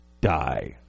die